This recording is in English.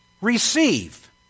receive